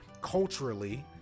culturally